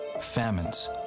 Famines